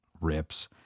Rips